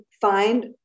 find